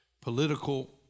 political